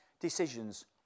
decisions